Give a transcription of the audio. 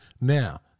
Now